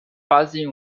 fazem